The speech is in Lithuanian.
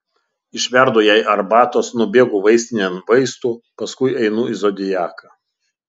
išverdu jai arbatos nubėgu vaistinėn vaistų paskui einu į zodiaką